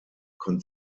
den